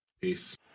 Peace